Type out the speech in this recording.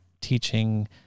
teaching